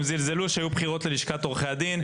הם זלזלו כשהיו בחירות ללשכת עורכי הדין,